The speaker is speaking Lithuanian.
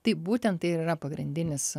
tai būtent tai ir yra pagrindinis